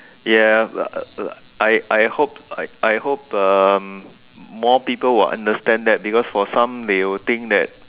ya but uh uh I I hope I hope um more people will understand that because for some they will think that